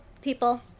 people